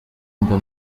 mba